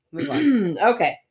Okay